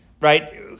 right